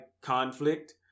conflict